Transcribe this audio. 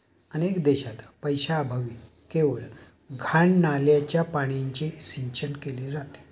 अनेक देशांत पैशाअभावी केवळ घाण नाल्याच्या पाण्याने सिंचन केले जाते